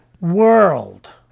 world